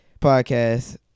Podcast